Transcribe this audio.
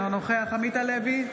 אינו נוכח עמית הלוי,